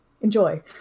enjoy